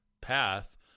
path